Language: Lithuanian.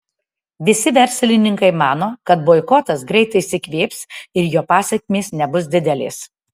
visi verslininkai mano kad boikotas greitai išsikvėps ir jo pasekmės nebus didelės